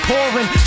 Pouring